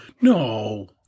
No